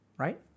Right